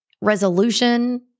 Resolution